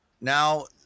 now